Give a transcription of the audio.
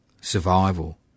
survival